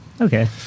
Okay